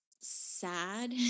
sad